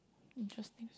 interesting